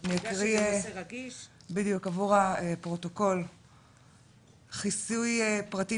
אני אקריא עבור הפרוטוקול - חיסוי פרטים